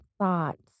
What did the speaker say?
thoughts